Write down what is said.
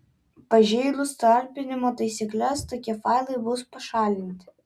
pažeidus talpinimo taisykles tokie failai bus pašalinti